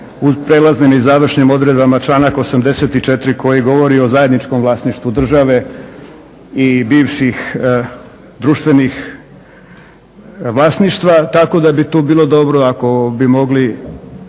prelaznim i završnim odredbama članak 84.koji govori o zajedničkom vlasništvu države i bivših društvenih vlasništva, tako da bi tu bilo dobro ako bi mogli